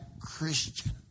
Christian